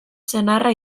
senarra